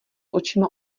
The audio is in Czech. očima